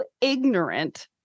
ignorant